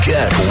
Get